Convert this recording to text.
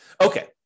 Okay